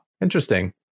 Interesting